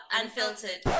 unfiltered